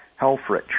Helfrich